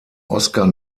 oscar